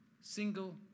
single